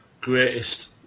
greatest